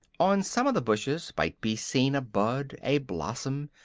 on some of the bushes might be seen a bud, a blossom,